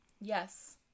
yes